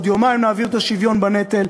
עוד יומיים נעביר את השוויון בנטל.